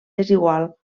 desigual